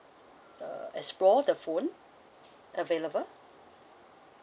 uh explore the phone available